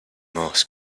moss